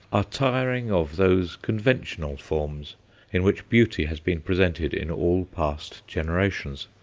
are tiring of those conventional forms in which beauty has been presented in all past generations.